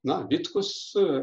na vitkus